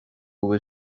bhfuil